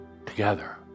Together